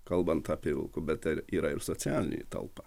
kalbant apie vilka bet ar yra ir socialinė talpa